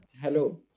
Hello